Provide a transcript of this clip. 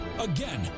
Again